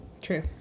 True